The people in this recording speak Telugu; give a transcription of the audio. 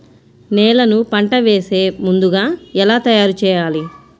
నేలను పంట వేసే ముందుగా ఎలా తయారుచేయాలి?